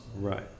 Right